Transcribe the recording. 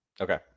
Okay